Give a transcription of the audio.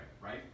right